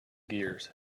gears